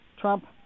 Trump